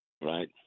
right